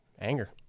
anger